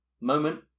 moment